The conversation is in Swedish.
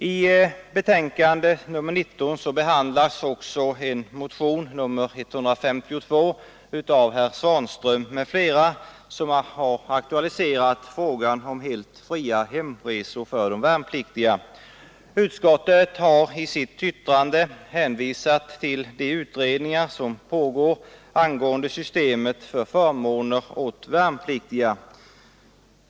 I betänkandet 19 behandlas också motionen 152 av herr Svanström m.fl. som aktualiserat frågan om helt fria hemresor för de värnpliktiga. Utskottet har i sitt yttrande hänvisat till de utredningar som pågår angående systemet med förmåner åt värnpliktiga.